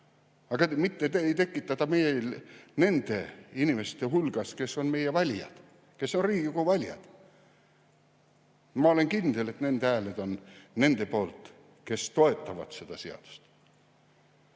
Aga mitte ei tekita nende inimeste hulgas, kes on meie valijad, kes on Riigikogu valijad. Ma olen kindel, et nende hääled on nende poolt, kes toetavad seda seadust. Ei